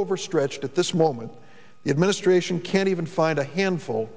overstretched at this moment the administration can't even find a handful